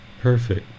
Perfect